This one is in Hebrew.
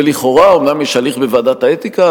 ולכאורה, אומנם יש הליך בוועדת האתיקה.